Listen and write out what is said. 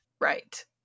Right